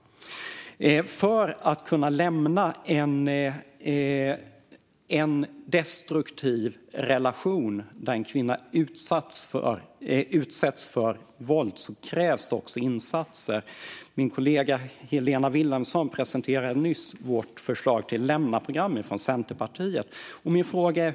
För att en kvinna ska kunna lämna en destruktiv relation där hon utsätts för våld krävs det insatser. Min kollega Helena Vilhelmsson presenterade nyss förslaget till ett lämnaprogram från oss i Centerpartiet.